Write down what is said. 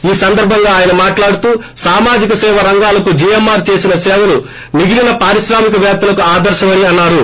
ఈ సందర్భంగా ఆయన మాట్లాడుటు సామాజిక సేవ రంగాలకు జిఎమ్మారు చేసిన సేవలు ్ మిగిలిన పారిశ్రామిక పేత్తలకు ఆదర్రమని అన్నారు